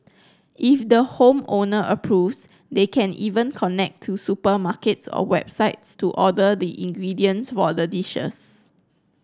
if the home owner approves they can even connect to supermarkets or websites to order the ingredients for the dishes